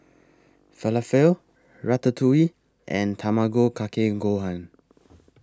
Falafel Ratatouille and Tamago Kake Gohan